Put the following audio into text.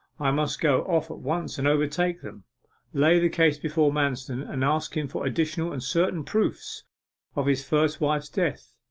i must go off at once and overtake them lay the case before manston, and ask him for additional and certain proofs of his first wife's death.